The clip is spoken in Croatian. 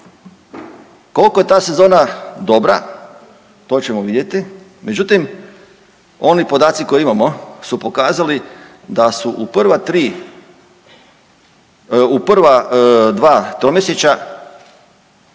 Koliko je ta sezona dobra, to ćemo vidjeti međutim oni podaci koje imamo su pokazali da su u prava dva tromjesečja